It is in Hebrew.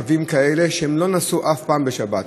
קווים כאלה שלא פעלו אף פעם בשבת,